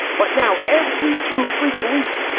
but now, every two freakin weeks,